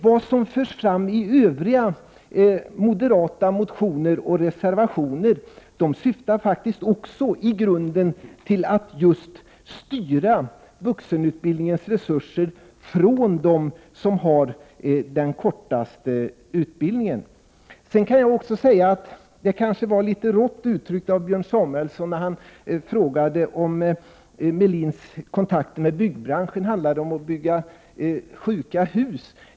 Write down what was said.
Vad som förs fram i övriga moderata motioner och reservationer syftar faktiskt också i grunden till att styra vuxenutbildningens resurser från dem TI som har den kortaste utbildningen. Det kanske var litet rått uttryckt av Björn Samuelson när han frågade om Ulf Melins kontakter med byggbranschen handlade om att bygga sjuka hus.